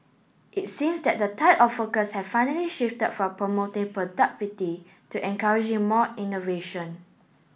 it seems that the tide of focus has finally shifted from promoting productivity to encouraging more innovation